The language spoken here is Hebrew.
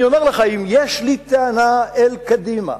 אני אומר לך, אם יש לי טענה אל קדימה,